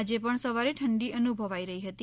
આજે પણ સવારે ઠંડી અનુભવાઇ રહી હતી